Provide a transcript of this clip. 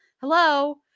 Hello